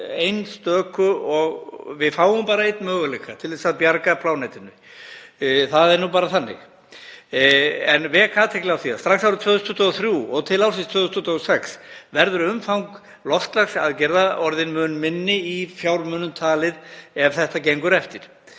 er í verkefnið. Við fáum bara einn möguleika til að bjarga plánetunni. Það er bara þannig. Ég vek athygli á því að strax árið 2023 og til ársins 2026 verður umfang loftslagsaðgerða orðið mun minna í fjármunum talið ef þetta gengur eftir.